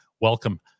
welcome